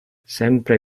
sempre